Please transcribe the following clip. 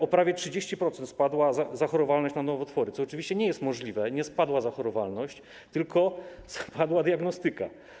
O prawie 30% spadła zachorowalność na nowotwory, co oczywiście nie jest możliwe, nie spadła zachorowalność, tylko spadła diagnostyka.